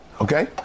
Okay